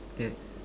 yes